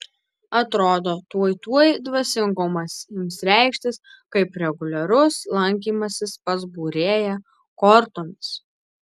atrodo tuoj tuoj dvasingumas ims reikštis kaip reguliarus lankymasis pas būrėją kortomis